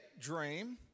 dream